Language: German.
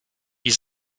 die